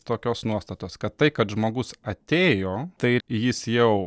tokios nuostatos kad tai kad žmogus atėjo tai jis jau